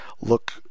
look